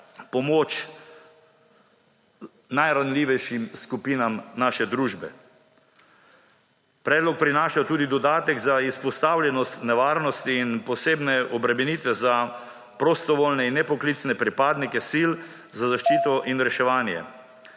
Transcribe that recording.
pomoč najranljivejšim skupinam naše družbe. Predlog prinaša tudi dodatek za izpostavljenost nevarnosti in posebne obremenitve za prostovoljne in nepoklicne pripadnike sil za zaščito in reševanje.